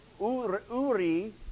Uri